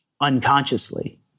unconsciously